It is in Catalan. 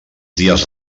dies